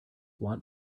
want